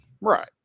Right